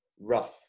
rough